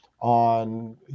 on